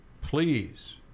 Please